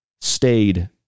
stayed